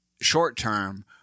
short-term